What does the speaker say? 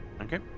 Okay